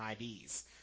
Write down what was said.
IDs